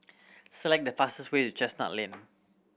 select the fastest way to Chestnut Lane